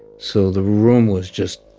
so the room was just,